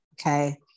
okay